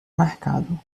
mercado